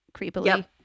creepily